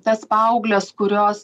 tas paaugles kurios